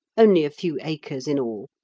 only a few acres in all,